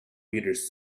readers